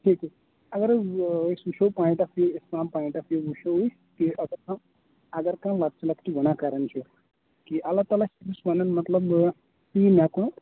شُکُر اَگر أسۍ وٕچھو point of view Islam point of view وٕچھو أسۍ کہِ اَگر کانہہ اگر کانٛہہ لۄکچہِ لۄکچہِ گۄناہ کرن چھِ کہِ اللہ تعالیٰ چھ تٔمِس وَنان مطلب نہ ژٕ یہِ مےٚ کُن